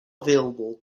available